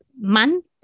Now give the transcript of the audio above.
month